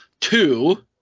two